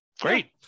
great